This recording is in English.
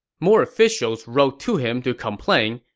more officials wrote to him to complain,